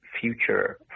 future